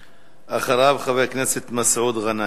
אחריו, חבר הכנסת מסעוד גנאים.